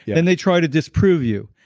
yeah then they try to disprove you.